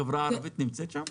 החברה הערבית נמצאת שם?